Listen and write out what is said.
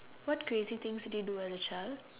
what creative things did you do as a child